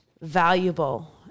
valuable